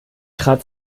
trat